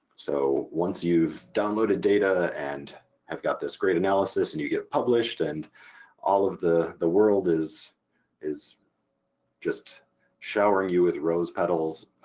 so once you've downloaded data and have got this great analysis and you get published and all of the the world is is just showering you with rose petals,